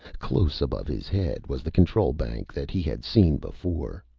close above his head was the control bank that he had seen before.